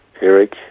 Eric